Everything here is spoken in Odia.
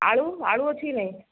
ଆଳୁ ଆଳୁ ଅଛିକି ନାହିଁ